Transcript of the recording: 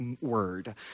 word